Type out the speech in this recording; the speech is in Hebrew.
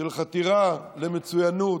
של חתירה למצוינות.